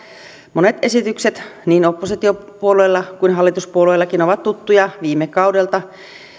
monet esitykset niin oppositiopuolueilla kuin hallituspuolueillakin ovat tuttuja viime kaudelta